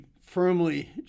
firmly